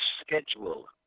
schedule